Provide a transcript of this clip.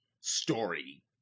story